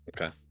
Okay